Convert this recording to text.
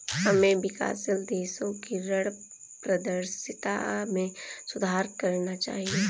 हमें विकासशील देशों की ऋण पारदर्शिता में सुधार करना चाहिए